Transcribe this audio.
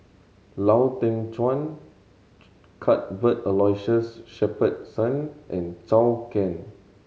Lau Teng Chuan Cuthbert Aloysius Shepherdson and Zhou Can